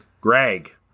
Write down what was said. greg